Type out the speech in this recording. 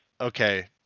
okay